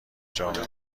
جامعه